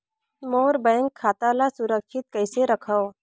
मोर bank खाता ला सुरक्षित कइसे रखव?